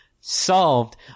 solved